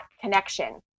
connection